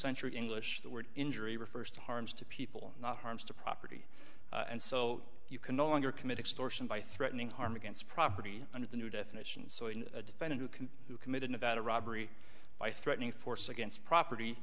century english the word injury refers to harms to people not harms to property and so you can no longer committed store sin by threatening harm against property under the new definition so in a defendant who can who committed about a robbery by threatening force against property